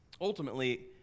Ultimately